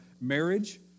marriage